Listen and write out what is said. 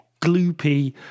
gloopy